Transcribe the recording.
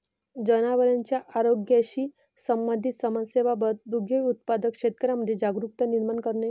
जनावरांच्या आरोग्याशी संबंधित समस्यांबाबत दुग्ध उत्पादक शेतकऱ्यांमध्ये जागरुकता निर्माण करणे